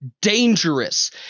dangerous